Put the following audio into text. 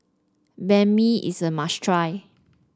Banh Mi is a must try